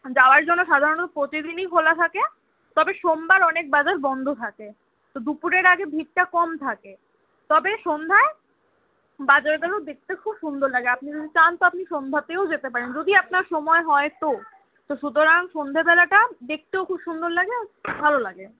যাওয়ার জন্য সাধারণত প্রতিদিনই খোলা থাকে তবে সোমবার অনেক বাজার বন্দ থাকে তো দুপুরের আগে ভিড়টা কম থাকে তবে সন্ধ্যায় বাজারগুলো দেখতে খুব সুন্দর লাগে আপনি যদি চান তো আপনি সন্ধ্যাতেও যেতে পারেন যদি আপনার সময় হয় তো তো সুতরাং সন্ধেবেলাটা দেখতেও খুব সুন্দর লাগে আর ভালো লাগে